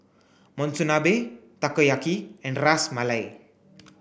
Monsunabe Takoyaki and Ras Malai